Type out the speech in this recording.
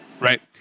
Right